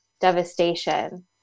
devastation